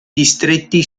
distretti